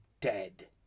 dead